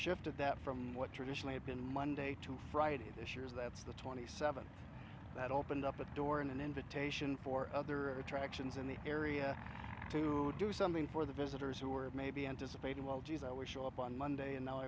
shifted that from what traditionally have been monday to friday this year's that's the twenty seventh that opened up a door in an invitation for other attractions in the area to do something for the visitors who are maybe anticipating well geez i would show up on monday and now